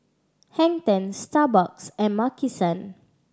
Hang Ten Starbucks and Maki San